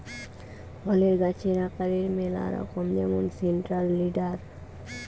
ফলের গাছের আকারের ম্যালা রকম যেমন সেন্ট্রাল লিডার